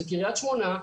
זה קריית שמונה,